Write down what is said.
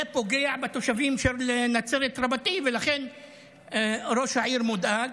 זה פוגע בתושבים של נצרת רבתי ולכן ראש העיר מודאג,